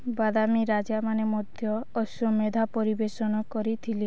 ବାଦମୀ ରାଜାମାନେ ମଧ୍ୟ ଅଶ୍ୱମେଧ ପରିବେଷଣ କରିଥିଲେ